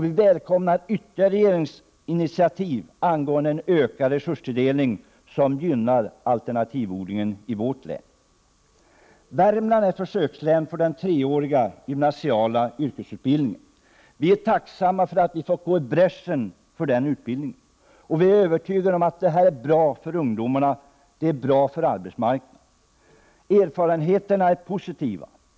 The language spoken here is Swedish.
Vi välkomnar ytterligare regeringsinitiativ angående ökad resurstilldelning som gynnar alternativodlingen i vårt län. Värmland är försökslän för den treåriga gymnasiala yrkesutbildningen. Vi är tacksamma för att vi fått gå i bräschen för den utbildningen. Vi är övertygade om att detta är bra för ungdomarna och bra för arbetsmarknaden. Erfarenheterna är positiva.